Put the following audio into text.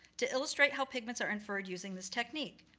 to illustrate how pigments are inferred using this technique.